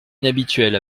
inhabituel